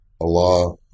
Allah